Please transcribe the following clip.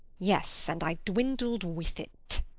yes, and i dwindled with it.